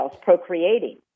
procreating